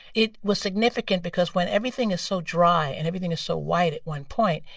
it was significant because when everything is so dry and everything is so white at one point,